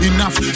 Enough